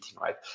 right